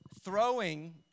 throwing